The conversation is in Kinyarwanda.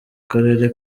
karere